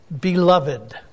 beloved